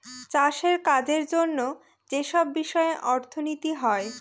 চাষের কাজের জন্য যেসব বিষয়ে অর্থনীতি হয়